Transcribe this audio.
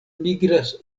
migras